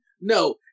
No